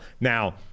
now